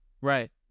right